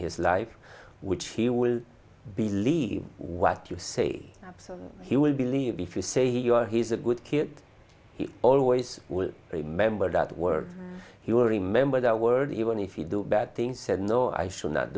his life which he will believe what you say so he will believe if you say you are he's a good kid always will remember that word he will remember that word even if you do bad things said no i shall not